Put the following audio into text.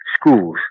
schools